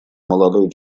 молодой